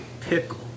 pickle